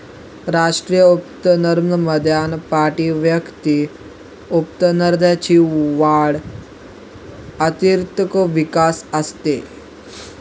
राष्ट्रीय उत्पन्नामध्ये प्रतिव्यक्ती उत्पन्नाची वाढ आर्थिक विकास असतो